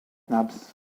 nabbs